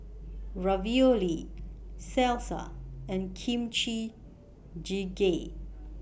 Ravioli Salsa and Kimchi Jjigae